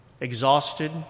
exhausted